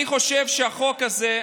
אני חושב שהחוק הזה,